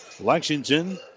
Lexington